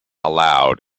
allowed